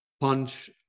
punch